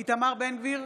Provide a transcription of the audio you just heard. איתמר בן גביר,